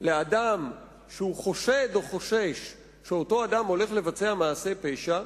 לאדם שהוא חושד בו או חושש שאותו אדם הולך לבצע מעשה פשע,